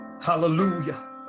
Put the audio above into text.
hallelujah